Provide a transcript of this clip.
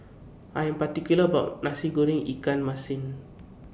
I Am particular about My Nasi Goreng Ikan Masin